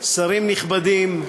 שרים נכבדים,